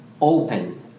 open